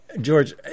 George